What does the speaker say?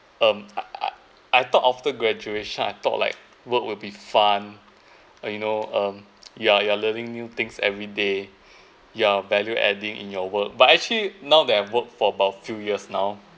um I I I thought after graduation I thought like work will be fun uh you know um yeah you are new things things every day you're value adding in your work but actually now that I work for about few years now